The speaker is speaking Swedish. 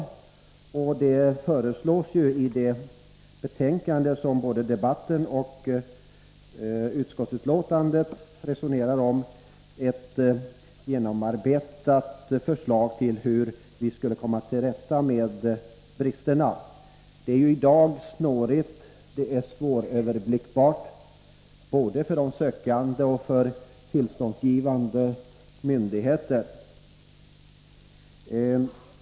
Socialförsäkringsutskottet redovisar i sitt betänkande detta genomarbetade förslag om hur vi skulle komma till rätta med dessa brister. Reglerna är i dag snåriga, och området är svåröverblickbart både för de sökande och för tillståndsgivande myndigheter.